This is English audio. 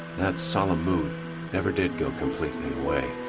that solemn mood never did go completely away.